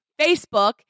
Facebook